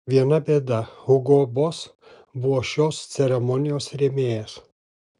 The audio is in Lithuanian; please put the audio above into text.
viena bėda hugo boss buvo šios ceremonijos rėmėjas